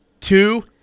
two